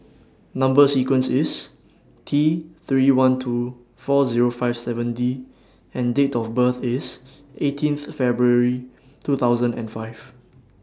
Number sequence IS T three one two four Zero five seven D and Date of birth IS eighteenth February two thousand and five